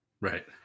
Right